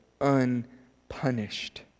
unpunished